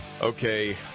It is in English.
Okay